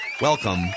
Welcome